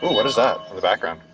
what is um the background?